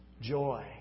Joy